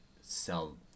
sell